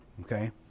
Okay